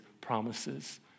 promises